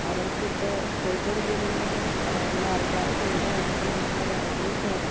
അവർക്കിപ്പോൾ കോഴിക്കോട് ജില്ലയിൽ നിന്നും ഉള്ള ആൾക്കാർക്ക് എവിടെ വേണമെങ്കിലും എപ്പം വേണമെങ്കിലും പോകാം